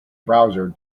browser